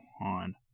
on